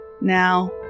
Now